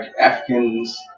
Africans